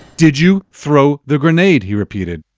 did you throw the grenade? he repeated,